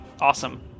awesome